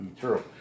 True